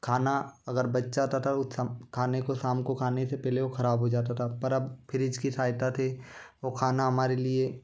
खाना अगर बच जाता था खाने को शाम को खाने से पहले वह ख़राब हो जाता था पर अब फ्रिज की सहायता थी वह खाना हमारे लिए